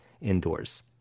indoors